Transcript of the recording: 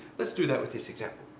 let's do that with this example.